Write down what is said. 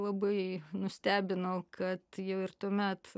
labai nustebino kad jau ir tuomet